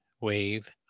wave